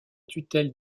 tutelle